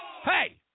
hey